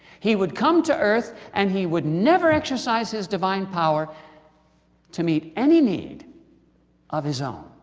he would come to earth and he would never exercise his divine power to meet any need of his own